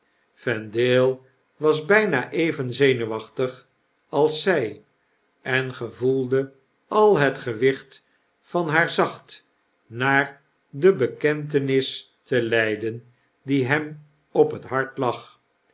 vendaie was byna even zenuwachtig als zy en gevoelde al het gewicht van haar zacht naar de bekentenis te leiden die hem op het hart lag